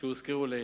שהוזכרו לעיל.